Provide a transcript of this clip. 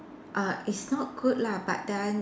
err it's not good lah but then